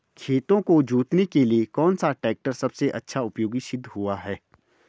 खेतों को जोतने के लिए कौन सा टैक्टर सबसे अच्छा उपयोगी सिद्ध हुआ है?